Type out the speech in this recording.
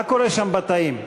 מה קורה שם בתאים?